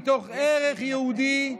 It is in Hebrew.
מתוך ערך יהודי,